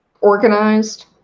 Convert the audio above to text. organized